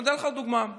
אתן לך דוגמה: